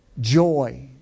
joy